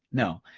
no,